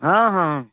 ହଁ ହଁ